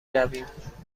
رویم